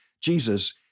Jesus